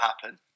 happen